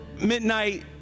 midnight